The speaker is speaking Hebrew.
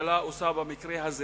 שהממשלה עושה במקרה הזה